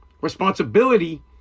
Responsibility